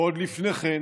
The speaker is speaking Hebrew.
ועוד לפני כן